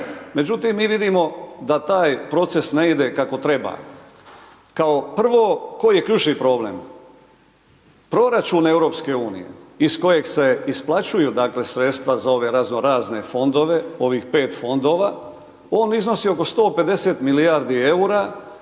Međutim, mi vidimo da taj proces ne ide kako treba. Kao prvo, koji je ključni problem? Proračun Europske unije, iz kojeg se isplaćuju, dakle, sredstva za ove razno razne fondove, ovih pet fondova, on iznosi oko 150 milijardi EUR-a,